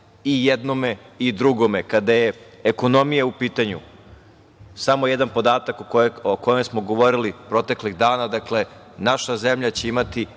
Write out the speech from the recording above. i jednome i drugome. Kada je ekonomija u pitanju, samo jedan podatak o kome smo govorili proteklih dana, dakle, naša zemlja će imati